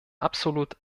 absolut